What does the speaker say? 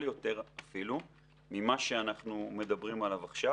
יותר אפילו ממה שאנחנו מדברים עליו עכשיו.